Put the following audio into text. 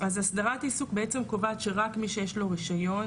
אז הסדרת עיסוק בעצם קובעת שרק מי שיש לו רישיון